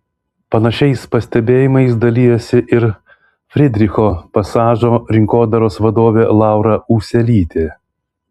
panašiais pastebėjimais dalijosi ir frydricho pasažo rinkodaros vadovė laura ūselytė